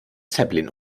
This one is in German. zeppelin